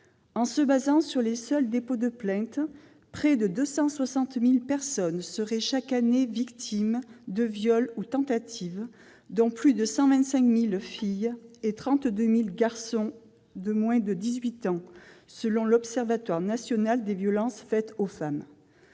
En se fondant sur les seuls dépôts de plainte, on peut estimer que près de 260 000 personnes seraient chaque année victimes de viols ou tentatives, dont plus de 125 000 filles et 32 000 garçons de moins de 18 ans, selon l'Observatoire national des violences faites aux femmes.